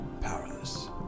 powerless